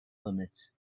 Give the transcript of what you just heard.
limits